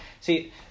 See